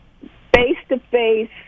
Face-to-face